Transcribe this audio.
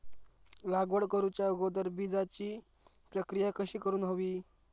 लागवड करूच्या अगोदर बिजाची प्रकिया कशी करून हवी?